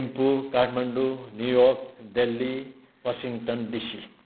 Thimphu Kathmandu New York Delhi Washington DC